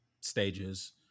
stages